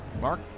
Mark